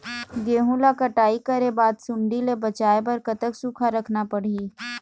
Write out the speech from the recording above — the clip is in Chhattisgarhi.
गेहूं ला कटाई करे बाद सुण्डी ले बचाए बर कतक सूखा रखना पड़ही?